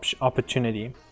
opportunity